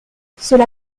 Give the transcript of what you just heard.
cela